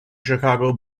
chicago